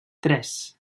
tres